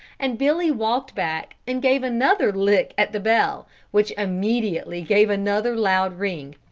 and billy walked back and gave another lick at the bell, which immediately gave another loud ring.